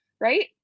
right